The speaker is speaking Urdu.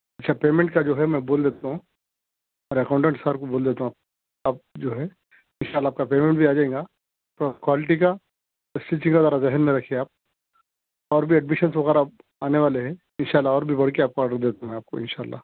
اچھا پیمنٹ کا جو ہے میں بول دیتا ہوں اور اکاؤنٹنٹ سر کو بول دیتا ہوں اب جو ہے اِنشاء اللہ آپ کا پیمنٹ بھی آ جائیں گا تو کوالٹی کا استتھی کا ذرا ذہن میں رکھیے آپ اور بھی ایڈمیشنس وغیرہ آنے والے ہیں اِنشاء اللہ اور بھی بڑھ کے آپ کو آرڈر دیتا ہوں میں آپ کو اِنشاء اللہ